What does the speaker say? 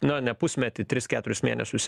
na ne pusmetį tris keturis mėnesius